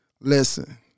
listen